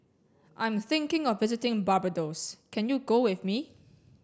I'm thinking of visiting Barbados can you go with me